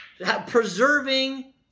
Preserving